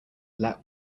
let